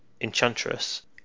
Enchantress